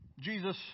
Jesus